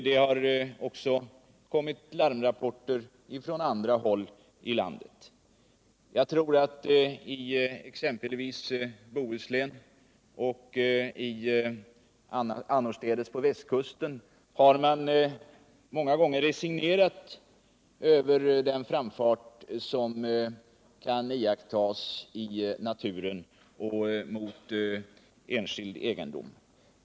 Det har också kommit larmrapporter från andra håll i landet. I exempelvis Bohuslän och annorstädes på västkusten har man många gånger resignerat inför den framfart som kan iakttas i naturen och på enskild egendom.